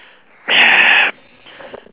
damn